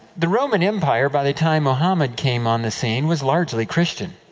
the roman empire, by the time mohammed came on the scene, was largely christian.